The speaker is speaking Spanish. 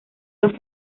dos